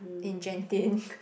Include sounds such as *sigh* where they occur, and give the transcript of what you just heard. in Genting *laughs*